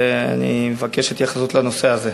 אני מבקש התייחסות לנושא הזה.